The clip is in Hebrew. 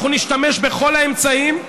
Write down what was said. אנחנו נשתמש בכל האמצעים,